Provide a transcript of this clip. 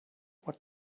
what